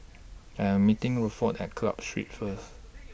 I Am meeting Rutherford At Club Street First